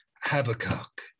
Habakkuk